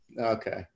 Okay